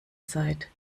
seid